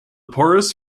porous